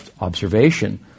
observation